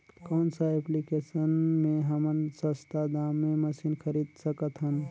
कौन सा एप्लिकेशन मे हमन सस्ता दाम मे मशीन खरीद सकत हन?